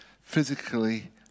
physically